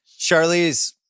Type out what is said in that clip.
Charlize